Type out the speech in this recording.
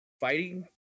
fighting